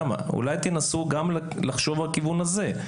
אולי תנסו גם לחשוב לכיוון הזה.